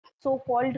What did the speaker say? so-called